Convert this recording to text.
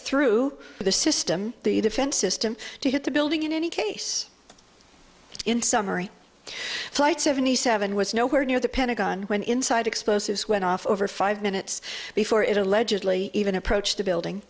through the system the defense system to hit the building in any case in summary flight seventy seven was nowhere near the pentagon when inside explosives went off over five minutes before it allegedly even approached a building